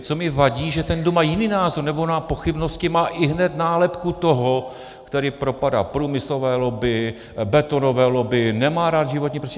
Co mi vadí, je, že ten, kdo má jiný názor nebo má pochybnosti, má ihned nálepku toho, který propadá průmyslové lobby, betonové lobby, nemá rád životní prostředí...